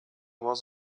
was